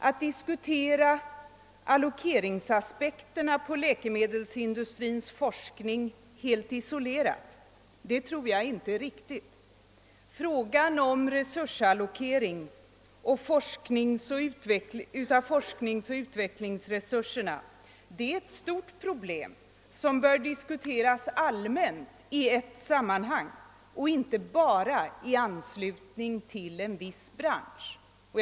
Att diskutera allokeringsaspekterna på läkemedelsindustrins forskning helt isolerat tror jag inte är riktigt. Allokering av forskningsoch utvecklingsresurserna är ett stort problem som bör diskuteras allmänt i ett sammanhang och inte bara i anslutning till en viss industrigren.